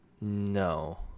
No